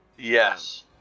yes